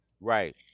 Right